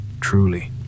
truly